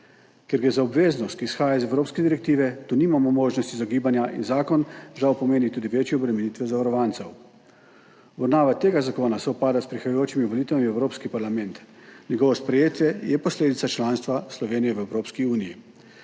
Ker gre za obveznost, ki izhaja iz evropske direktive, tu nimamo možnosti izogibanja in zakon žal pomeni tudi večje obremenitve zavarovancev. Obravnava tega zakona sovpada s prihajajočimi volitvami v Evropski parlament, njegovo sprejetje je posledica članstva Slovenije v Evropski uniji.